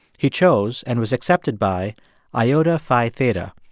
he chose and was accepted by iota phi theta,